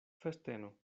festeno